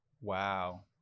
Wow